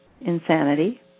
insanity